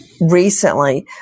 recently